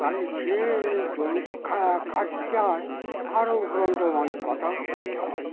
তাহলে সে জন্তু খা খাটতে হয় আরও উপরন্ত মনের কথাও শুনতে হয়